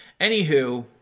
Anywho